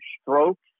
strokes